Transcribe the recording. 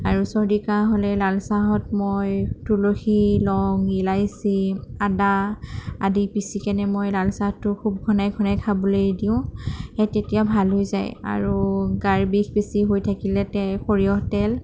আৰু চৰ্দি কাহ হ'লে লালচাহত মই তুলসী লং ইলাচি আদা আদি পিচিকিনে মই লালচাহটো খুব ঘনাই ঘনাই খাবলৈ দিওঁ সেই তেতিয়া ভাল হৈ যায় আৰু গাৰ বিষ বেছি হৈ থাকিলে তে সৰিয়হ তেল